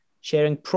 sharing